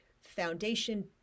foundation